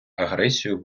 агресію